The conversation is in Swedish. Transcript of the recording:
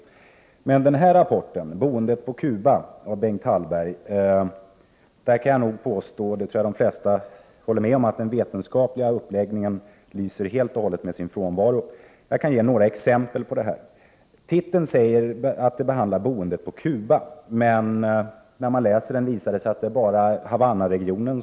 Men när det gäller den här rapporten, Boendet på Cuba av Bengt Hallberg, kan jag nog påstå — och det tror jag att de flesta håller med om — att den vetenskapliga uppläggningen helt och hållet lyser med sin frånvaro. Jag kan ge några exempel. Titeln säger att det är boendet på Cuba som behandlas, men när man läser rapporten visar det sig att det är fråga om endast Havannaregionen.